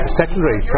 secondary